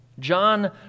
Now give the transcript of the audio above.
John